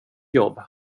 jobb